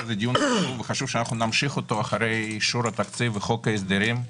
חשוב שנמשיך אותו אחרי אישור התקציב וחוק ההסדרים.